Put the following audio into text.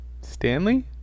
Stanley